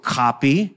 copy